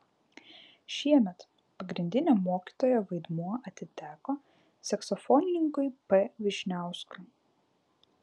šiemet pagrindinio mokytojo vaidmuo atiteko saksofonininkui p vyšniauskui